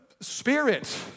Spirit